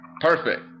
Perfect